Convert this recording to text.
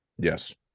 Yes